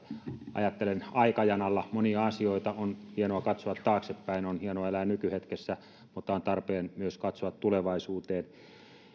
ajattelen aikajanalla monia asioita on hienoa katsoa taaksepäin ja on hienoa elää nykyhetkessä mutta on tarpeen myös katsoa tulevaisuuteen